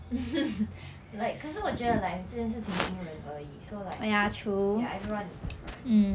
like 可是我觉得 like 这件事情因人而异 so like ya everyone is different